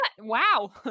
Wow